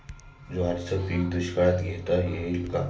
ज्वारीचे पीक दुष्काळात घेता येईल का?